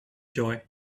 joy